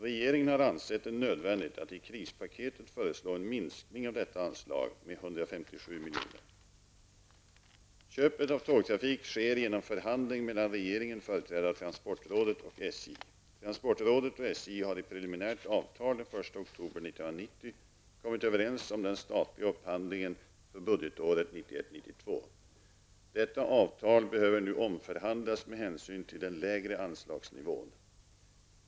Regeringen har ansett det nödvändigt att i krispaketet föreslå en minskning av detta anslag med 157 miljoner. oktober 1990 kommit överens om den statliga upphandlingen för budgetåret 1991/92. Detta avtal behöver nu omförhandlas med hänsyn till den lägre anslagsnivån.